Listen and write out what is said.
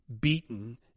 beaten